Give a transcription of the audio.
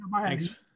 Thanks